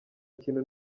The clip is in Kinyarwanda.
kintu